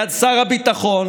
ליד שר הביטחון,